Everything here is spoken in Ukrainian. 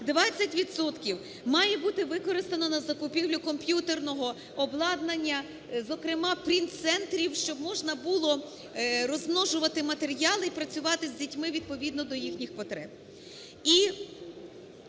має бути використано на закупівлю комп'ютерного обладнання, зокрема принтцентрів, щоб можна було розмножувати матеріали і працювати з дітьми відповідно до їхніх потреб.